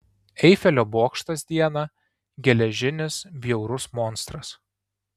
eifelio bokštas dieną geležinis bjaurus monstras